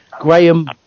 Graham